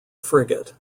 frigate